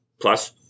Plus